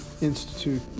institute